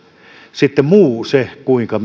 sitten muu kuinka